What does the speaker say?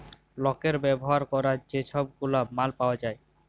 লকের ব্যাভার ক্যরার যে ছব গুলা মাল পাউয়া যায়